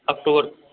October